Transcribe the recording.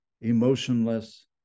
emotionless